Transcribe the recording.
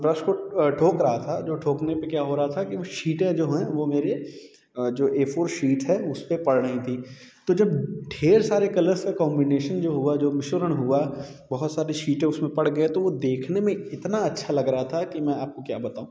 brush को ठोक रहा था जो ठोकने पे क्या हो रहा था कि वो छींटे जो हैं वो मेरे जो ए फोर शीट है उसपे पड़ रही थी तो जब ढेर सारे कलर्स का कॉम्बीनेशन जो हुआ जो मिश्रण हुआ बहुत सारे छींटे उसमें पड़ गए तो वो देखने में इतना अच्छा लग रहा था कि मैं आपको क्या बताऊँ